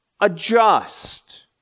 adjust